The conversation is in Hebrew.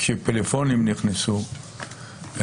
כשפלאפונים נכנסו,